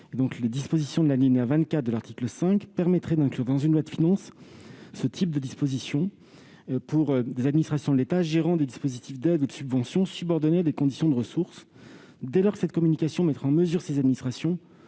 L'application de l'alinéa 24 de l'article 5 permettrait d'inclure dans une loi de finances ce type de dispositions destinées à des administrations de l'État gérant des dispositifs d'aide ou de subvention subordonnés à des conditions de ressources. Grâce à une telle communication, ces administrations